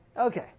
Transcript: Okay